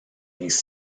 these